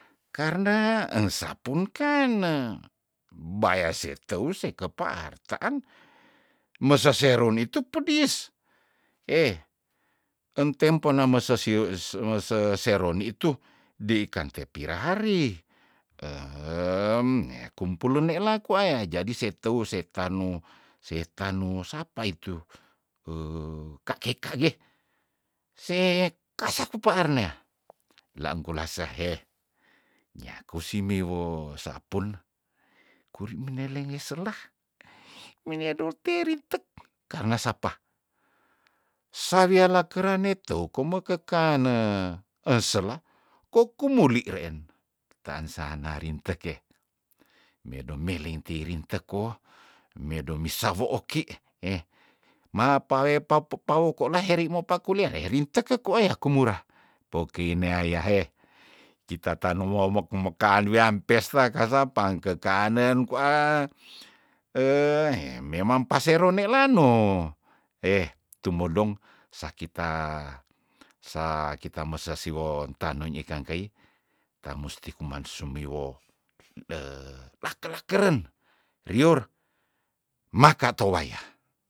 Karna ensa punkane baya se teu sekapaar taang mese serun itu pedis eh entempo name sesiu se ese seron itu deih kante pirahari nea kumpul leni laku aya jadi se teu se tanu se tanu sapa itu, kage- kage se kasa kepaar neah ilangkulasa heh nyaku simiwoh sapul kuri minelenge sellah mine durte riutek karna sapa sawiala kera niteu kome kekane ensela kokumuli reen tansana rinteke medo melenterin teko medo misa wooki heh ma pa we papu paoko laheri mopa kuliah lerinteke kwaya kumura poki nea yahe kita tano muomok moka nuweam pesta ka sapang kekanen kwa aa heh memang pase rone lano heh tumodong sakita sa kita mose siwon tanun ikang kei ta musti kuman sumiwoh deh lake lakeren riur makato waya